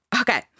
okay